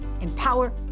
empower